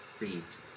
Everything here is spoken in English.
reads